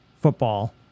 football